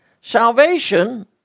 Salvation